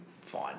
fine